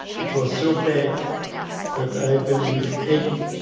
it was so bad that i believed, eddie,